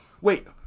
Wait